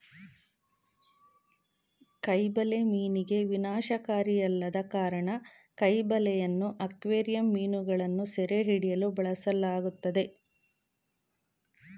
ಕೈ ಬಲೆ ಮೀನಿಗೆ ವಿನಾಶಕಾರಿಯಲ್ಲದ ಕಾರಣ ಕೈ ಬಲೆಯನ್ನು ಅಕ್ವೇರಿಯಂ ಮೀನುಗಳನ್ನು ಸೆರೆಹಿಡಿಯಲು ಬಳಸಲಾಗ್ತದೆ